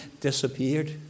Disappeared